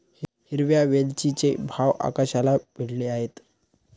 हिरव्या वेलचीचे भाव आकाशाला भिडले आहेत